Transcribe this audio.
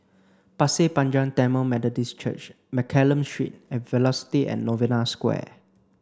Pasir Panjang Tamil Methodist Church Mccallum Street and Velocity and Novena Square